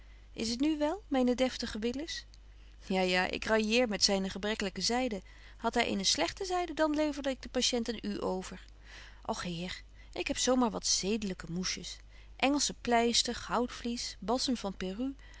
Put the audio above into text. is t nu wel myne deftige willis ja ja ik railleer met zyne gebrekkelyke zyde hadt hy eene slegte zyde dan leverde ik den patient aan u over och heer ik heb zo maar wat zedelyke mouches engelsche pleister goudvlies balsem van